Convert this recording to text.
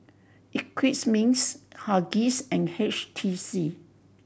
Eclipse Mints Huggies and H T C